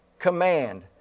command